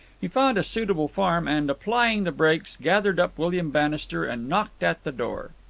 he found a suitable farm and, applying the brakes, gathered up william bannister and knocked at the door.